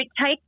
take